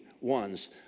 ones